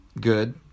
Good